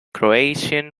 croatian